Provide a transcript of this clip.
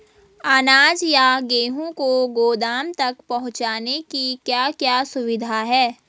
अनाज या गेहूँ को गोदाम तक पहुंचाने की क्या क्या सुविधा है?